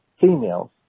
females